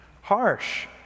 harsh